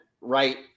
right